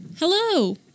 Hello